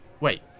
Wait